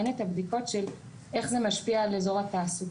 אין את הבדיקות של איך זה משפיע על איזור התעסוקה.